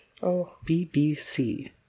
BBC